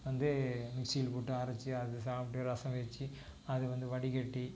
வந்து மிக்ஸியில் போட்டு அரைச்சு அது சாப்பிட்டு ரசம் வச்சு அது வந்து வடிகட்டி